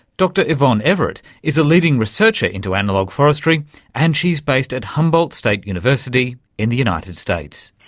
dr yvonne everett is a leading researcher into analogue forestry and she's based at humboldt state university in the united states.